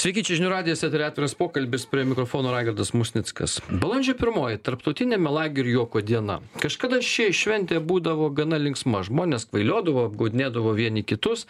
sveiki čia žinių radijas eteryje atviras pokalbis prie mikrofono raigardas musnickas balandžio pirmoji tarptautinė melagių ir juoko diena kažkada ši šventė būdavo gana linksma žmonės kvailiodavo apgaudinėdavo vieni kitus